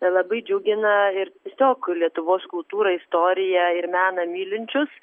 labai džiugina ir tiesiog lietuvos kultūrą istoriją ir meną mylinčius